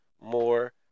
more